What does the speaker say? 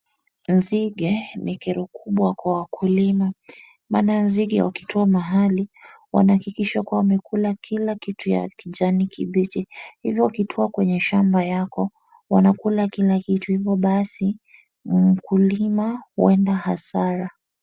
Nzige, ni kero kubwa kwa wakulima. Maana nzige wakitua mahali, wanahakikisha kuwa wamekula kila kitu ya kijani kibichi, hivo wakitua kwenye shamba yako, wanakula kila kitu, hivyo basi mkulima huenda hasara.